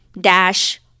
dash